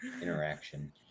interaction